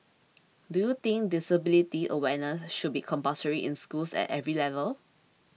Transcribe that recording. do you think disability awareness should be compulsory in schools at every level